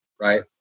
right